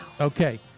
Okay